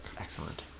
Excellent